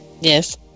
Yes